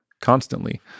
constantly